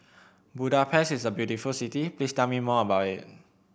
Budapest is a beautiful city please tell me more about it